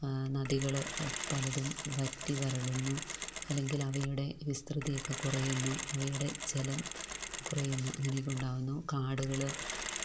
നദികൾ പലതും വറ്റിവരളുന്നു അല്ലെങ്കിൽ അവയുടെ വിസ്തൃതിയൊക്കെ കുറയുന്നു അവയുടെ ജലം കുറയുന്നു അങ്ങനെയൊക്കെ ഉണ്ടാകുന്നു കാടുകൾ